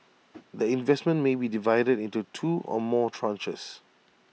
the investment may be divided into two or more tranches